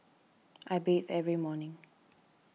I bathe every morning